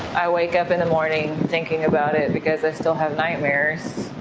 i wake up in the morning thinking about it because i still have nightmares.